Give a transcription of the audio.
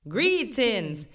Greetings